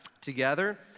together